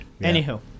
Anywho